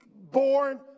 born